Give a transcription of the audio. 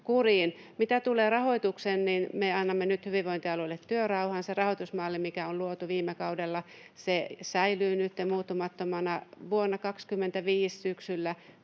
Mitä tulee rahoitukseen, niin me annamme nyt hyvinvointialueille työrauhan. Se rahoitusmalli, mikä on luotu viime kaudella, säilyy nytten muuttumattomana. Vuonna 25 syksyllä